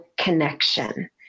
connection